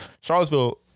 Charlottesville